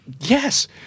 Yes